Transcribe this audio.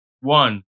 one